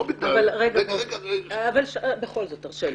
לא בגלל --- בכל זאת תרשה לי,